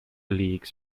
leagues